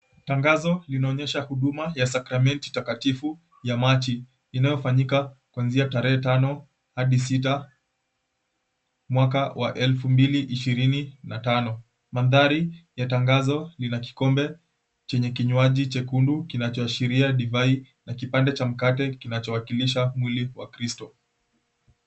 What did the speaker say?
Tangazo linaonyesha huduma ya Sakramenti Takatifu ya maji inayofanyika kuanzia tarehe tano hadi sita mwaka wa elfu mbili ishirini na tano. Mandhari ya tangazo lina kikombe chenye kinywaji chekundu kinachoashiria Divai na kipande cha mkate kinachowakilisha mwili wa Kristo.